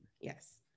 Yes